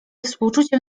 współczuciem